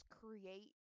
create